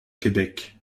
québec